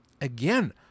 again